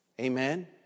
Amen